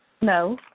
No